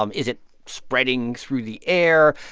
um is it spreading through the air?